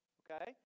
okay